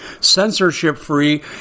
censorship-free